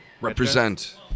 Represent